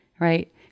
right